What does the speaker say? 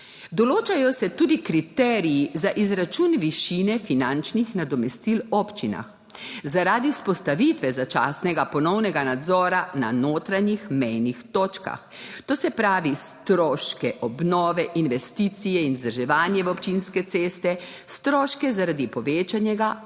Določajo se tudi kriteriji za izračun višine finančnih nadomestil občinam zaradi vzpostavitve začasnega ponovnega nadzora na notranjih mejnih točkah. To se pravi, stroške obnove, investicije in vzdrževanje v občinske ceste, stroške zaradi povečanega